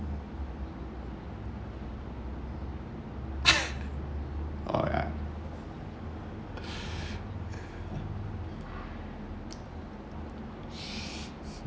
oh ya